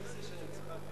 בבקשה.